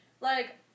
like-